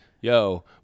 Yo